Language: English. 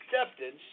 acceptance